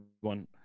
one